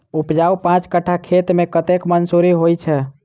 उपजाउ पांच कट्ठा खेत मे कतेक मसूरी होइ छै?